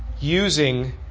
using